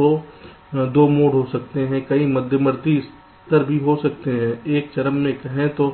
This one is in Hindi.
तो दो मोड हो सकते हैं कई मध्यवर्ती स्तर भी हो सकते हैं एक चरम में कहें तो